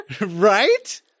Right